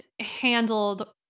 handled